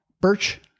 birch